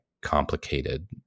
complicated